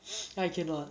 I cannot